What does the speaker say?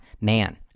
Man